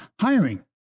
Hiring